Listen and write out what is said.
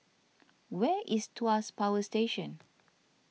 where is Tuas Power Station